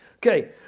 Okay